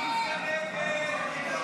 לסעיף 40 בדבר